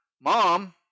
Mom